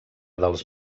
dels